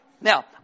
now